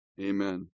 Amen